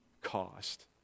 cost